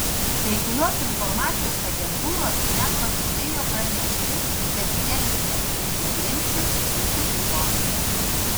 kai kurios informacijos agentūros net paskubėjo pranešti kad jelcinas ir javlinskis susitiko